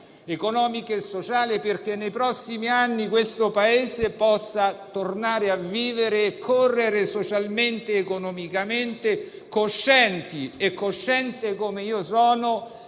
economiche e sociali affinché nei prossimi anni il Paese possa tornare a vivere e correre, socialmente ed economicamente coscienti e cosciente, come io sono,